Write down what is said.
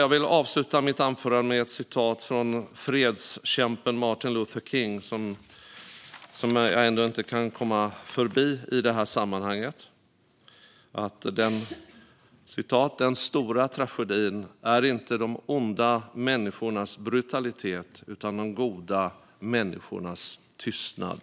Jag vill avsluta mitt anförande med vad fredskämpen Martin Luther King, som jag ändå inte kan komma förbi i det här sammanhanget, sa: Den stora tragedin är inte de onda människornas brutalitet utan de goda människornas tystnad.